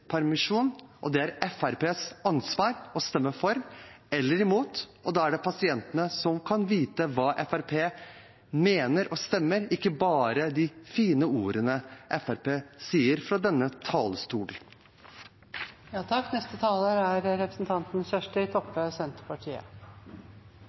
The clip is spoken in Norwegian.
Det er Fremskrittspartiets ansvar å stemme for eller imot, og da kan pasientene vite hva Fremskrittspartiet mener og stemmer – ikke bare høre de fine ordene Fremskrittspartiet sier fra denne